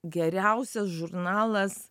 geriausias žurnalas